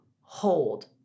hold